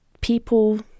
people